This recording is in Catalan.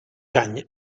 any